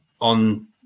on